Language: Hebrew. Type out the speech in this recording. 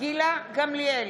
גילה גמליאל,